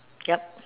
yup